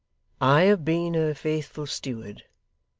i have been her faithful steward,